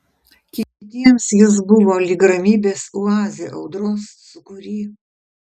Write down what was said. kitiems jis buvo lyg ramybės oazė audros sūkury